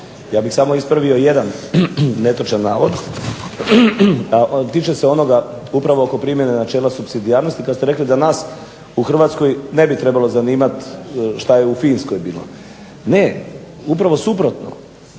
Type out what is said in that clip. Ja bih samo ispravio jedan netočan navod, a tiče se onoga upravo oko primjene načela supsidijarnosti kad ste rekli da nas u Hrvatskoj ne bi trebalo zanimati što je u Finskoj bilo. Ne, upravo suprotno.